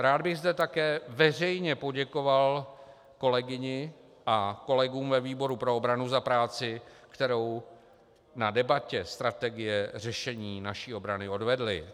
Rád bych zde také veřejně poděkoval kolegyni a kolegům ve výboru pro obranu za práci, kterou na debatě strategie řešení naší obrany odvedli.